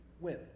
win